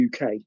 uk